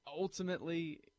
Ultimately